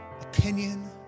opinion